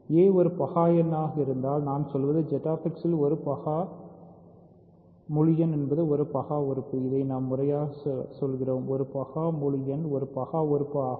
a ஒரு பகா எண்ணாக இருந்தால் நான் சொல்வது ZX இல் ஒரு பகா முழு எண் என்பது ஒரு பகா உறுப்பு அதை நாம் முறையாகச் சொல்கிறோம் ஒரு பகா முழு எண் ஒரு பகா உறுப்பு ஆகும்